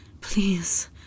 please